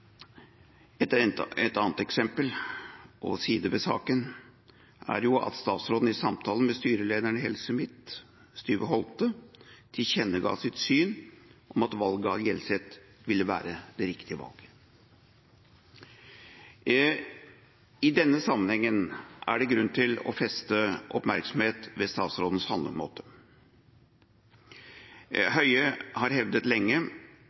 Et annet eksempel, og en annen side ved saken, er jo at statsråden i samtale med styrelederen i Helse Midt, Styve Holte, tilkjennega sitt syn om at valget av Hjelset ville være det riktige valget. I denne sammenhengen er det grunn til å feste oppmerksomhet ved statsrådens handlemåte. Høie har hevdet lenge